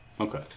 Okay